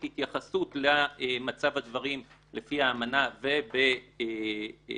התייחסות למצב הדברים לפי האמנה ובהחלטות